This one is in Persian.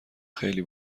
خیلی